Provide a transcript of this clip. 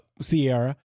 Sierra